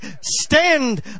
stand